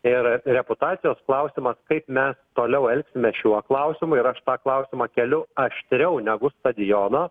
ir reputacijos klausimas kaip mes toliau elgsimės šiuo klausimu ir aš tą klausimą keliu aštriau negu stadiono